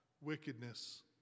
wickedness